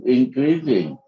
increasing